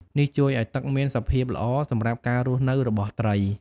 នេះជួយឲ្យទឹកមានសភាពល្អសម្រាប់ការរស់នៅរបស់ត្រី។